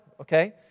Okay